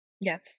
Yes